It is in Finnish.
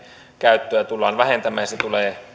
käyttöä tullaan vähentämään ja se tulee